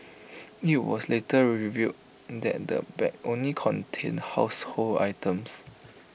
IT was later revealed that the bag only contained household items